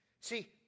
See